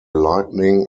lightning